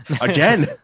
Again